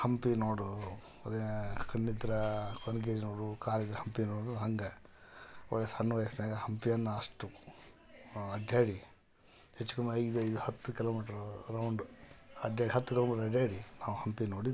ಹಂಪಿ ನೋಡು ಕಣ್ಣಿದ್ದರೆ ಕನಕಗಿರಿ ನೋಡು ಕಾಲಿದ್ದರೆ ಹಂಪಿ ನೋಡು ಹಂಗೆ ಒಳ್ಳೆ ಸಣ್ಣ ವಯಸ್ನಾಗೆ ಹಂಪಿಯನ್ನು ಅಷ್ಟು ಅಡ್ಡಾಡಿ ಹೆಚ್ಚು ಕಮ್ಮಿ ಐದೈದು ಹತ್ತು ಕಿಲೊಮೀಟ್ರ್ ರೌಂಡ್ ಅಡ್ಯಾಡಿ ಹತ್ತು ಕಿಲೊಮೀಟ್ರ್ ಅಡ್ಡಾಡಿ ನಾವು ಹಂಪಿ ನೋಡಿದ್ದು